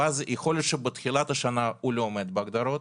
ויכול להיות שבתחילת השנה הוא לא עומד בהגדרות,